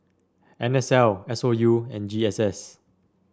N S L S O U and G S S